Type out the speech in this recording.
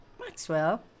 Maxwell